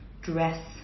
dress